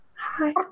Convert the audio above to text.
Hi